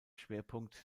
schwerpunkt